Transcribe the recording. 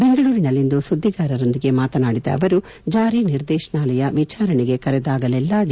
ಬೆಂಗಳೂರಿನಲ್ಲಿಂದು ಸುದ್ದಿಗಾರರೊಂದಿಗೆ ಮಾತನಾಡಿದ ಅವರು ಜಾರಿ ನಿರ್ದೇಶನಾಲಯ ವಿಚಾರಣೆಗೆ ಕರೆದಾಗಲೆಲ್ಲ ಡಿ